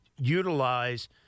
utilize